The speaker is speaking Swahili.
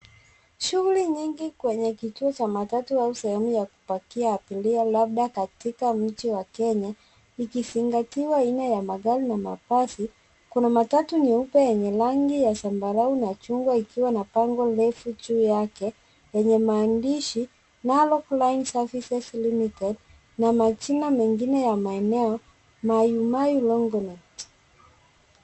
Shughuli nyingi kwenye kituo cha matatu au sehemu ya kupakia abiria labda katika mji wa Kenya likizingatiwa aina ya magari na mabasi. Kuna matatu meupe yenye rangi ya zambarau na chungwa ikiwa na bango refu juu yake yenye maandishi Narok line services limited na majina mengine ya maeneo Maimahui Longonot.